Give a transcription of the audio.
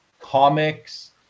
comics